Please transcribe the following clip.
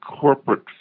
corporate